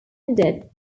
tended